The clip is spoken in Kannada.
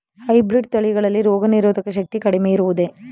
ಹೈಬ್ರೀಡ್ ತಳಿಗಳಲ್ಲಿ ರೋಗನಿರೋಧಕ ಶಕ್ತಿ ಕಡಿಮೆ ಇರುವುದೇ?